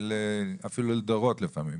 אפילו לדורות לפעמים,